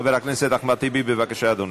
חבר הכנסת אחמד טיבי, בבקשה, אדוני.